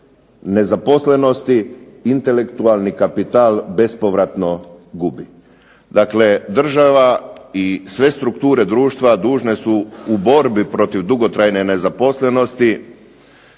nezaposlenosti intelektualni kapital bespovratno gubi. Dakle, država i sve strukture društva dužne su u borbi protiv dugotrajne nezaposlenosti